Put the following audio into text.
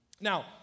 Now